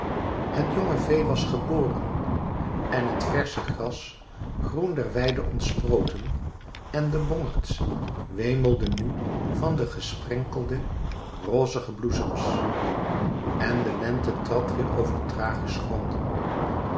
het jonge vee was geboren en het versche gras groen der weiden ontsproten en de bongerds wemelden nu van de gesprenkelde rozige bloesems en de lente trad weêr over thrachis gronden